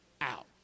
out